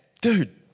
dude